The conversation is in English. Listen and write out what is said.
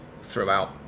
throughout